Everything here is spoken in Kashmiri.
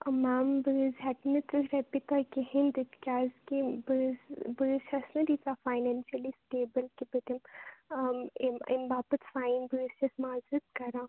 میم بہٕ حظ ہیٚکہٕ نہٕ تٕرٛہ رۄپیہِ تۄہہِ کِہیٖنۍ دِتھ کیازکہِ بہٕ حظ بہٕ حظ چھس نہٕ تیژاہ فایِنانشٔلِی سِٹیبٕل کیٚنٛہہ کہِ بہٕ دِمہِ آں امہِ باپَتھ فایِن بہٕ حظ چھس معازرت کَران